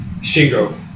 Shingo